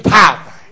power